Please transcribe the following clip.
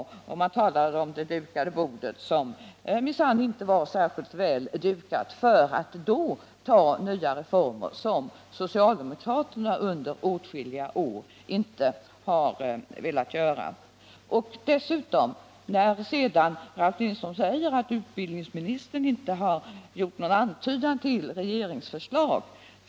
Socialdemokraterna hade ju talat om det dukade bordet, Onsdagen den men det var minsann inte särskilt väldukat, och därför blev det svårt för oss 9 maj 1979 att genomföra reformer som socialdemokraterna under åtskilliga år inte velat genomföra. Förbättrat studie Dessutom säger Ralf Lindström att utbildningsministern inte har gjort stöd till 18-19 någon antydan till regeringsförslag.